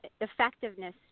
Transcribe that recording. Effectiveness